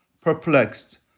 perplexed